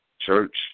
Church